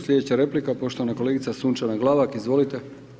Slijedeća replika poštovana kolegica Sunčana Glavak, izvolite.